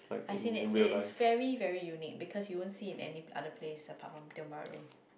I seen it it is very very unique because you won't see in any other place apart from Tiong-Bahru